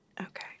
Okay